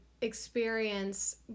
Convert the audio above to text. experience